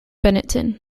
benetton